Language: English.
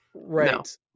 Right